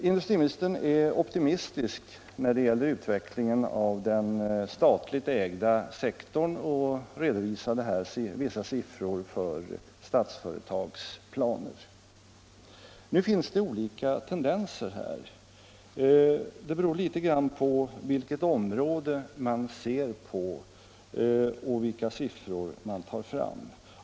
Industriministern är optimistisk när det gäller utvecklingen av den statligt ägda sektorn och redovisar en del siffror för Statsföretags planer. Nu finns det olika tendenser här — det beror litet grand på vilket område man går till och vilka siffror man tar fram.